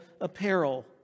apparel